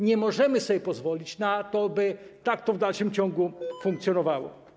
Nie możemy sobie pozwolić na to, by tak to w dalszym ciągu funkcjonowało.